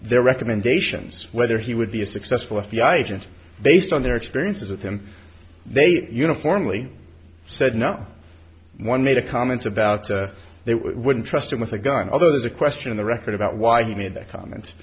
their recommendations whether he would be a successful f b i agent based on their experiences with him they uniformly said no one made a comment about they wouldn't trust him with a gun others a question in the record about why he made that comment